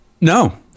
No